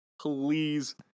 please